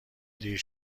دیر